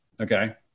okay